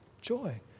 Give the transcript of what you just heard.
Joy